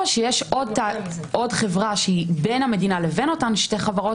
או שיש עוד חברה שהיא בין המדינה לבין אותן שתי חברות.